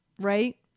right